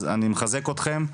אז אני מחזק אתכם,